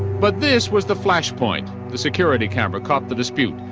but this was the flashpoint. the security camera caught the dispute.